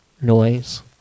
noise